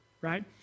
Right